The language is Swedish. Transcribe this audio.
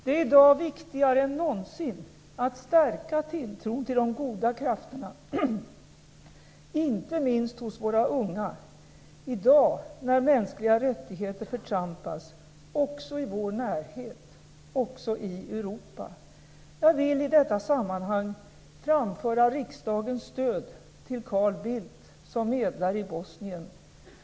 Det är i dag viktigare än någonsin att stärka tilltron till de goda krafterna, inte minst hos våra unga - i dag när mänskliga rättigheter förtrampas, också i våra närhet, också i Europa. Jag vill i detta sammanhang framföra riksdagens stöd till Carl Bildt som medlare i Bosnien.